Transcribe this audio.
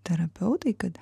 terapeutai kad